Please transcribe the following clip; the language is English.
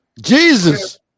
Jesus